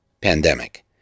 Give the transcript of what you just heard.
pandemic